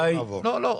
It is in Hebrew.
לא.